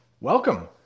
Welcome